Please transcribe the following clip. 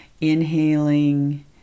inhaling